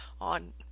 on